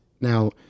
now